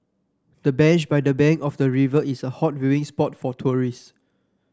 the bench by the bank of the river is a hot viewing spot for tourist